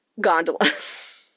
gondolas